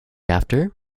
after